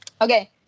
okay